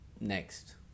next